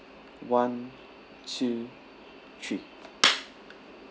one two three